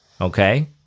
Okay